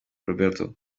roberto